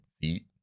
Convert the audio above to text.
feet